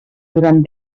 durant